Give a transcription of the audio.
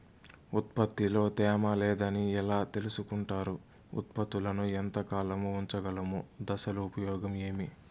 ఉత్పత్తి లో తేమ లేదని ఎలా తెలుసుకొంటారు ఉత్పత్తులను ఎంత కాలము ఉంచగలము దశలు ఉపయోగం ఏమి?